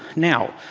now,